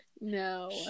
No